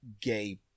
gay